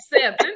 seven